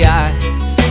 eyes